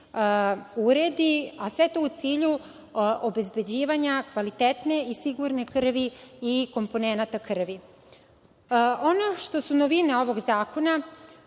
uredi, a sve to u cilju obezbeđivanja kvalitetne i sigurne krvi i komponenata krvi. Ono što su novine ovog zakona